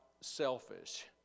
selfish